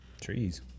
trees